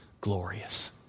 glorious